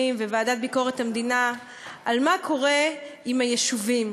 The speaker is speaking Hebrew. ובוועדה לביקורת המדינה על מה שקורה עם היישובים,